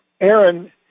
Aaron